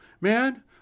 man